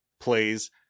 plays